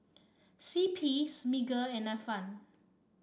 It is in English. C P Smiggle and Ifan